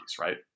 right